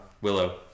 Willow